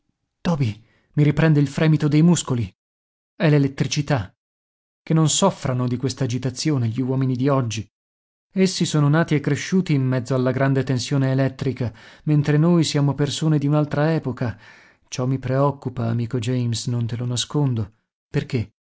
toby mi riprende il fremito dei muscoli è l'elettricità che non soffrano di quest'agitazione gli uomini di oggi essi son nati e cresciuti in mezzo alla grande tensione elettrica mentre noi siamo persone di un'altra epoca ciò mi preoccupa amico james non te lo nascondo perché